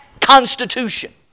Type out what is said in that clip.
constitution